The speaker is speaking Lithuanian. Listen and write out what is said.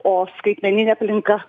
o skaitmeninė aplinka